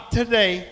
today